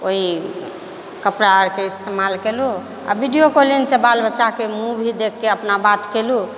ओहि कपड़ा अरके इस्तेमाल कयलहुँ आओर वीडियो कॉलिंगस बाल बच्चाके मुँह भी देखिके अपना बात कयलहुँ